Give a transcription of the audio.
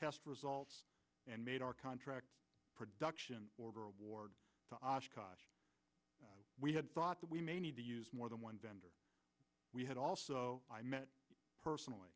test results and made our contract production order award to osh kosh we had thought that we may need to use more than one vendor we had also i met personally